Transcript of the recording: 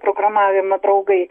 programavimą draugai